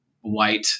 white